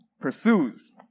pursues